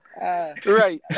Right